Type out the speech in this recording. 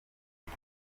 ngo